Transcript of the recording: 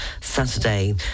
Saturday